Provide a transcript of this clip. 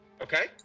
Okay